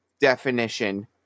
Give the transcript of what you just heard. definition